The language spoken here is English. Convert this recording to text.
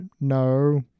no